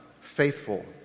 faithful